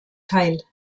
teil